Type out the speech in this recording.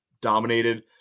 dominated